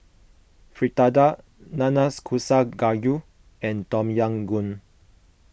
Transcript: Fritada Nanakusa Gayu and Tom Yam Goong